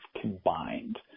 combined